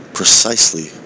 precisely